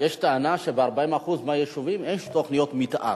יש טענה שב-40% מהיישובים אין תוכניות מיתאר.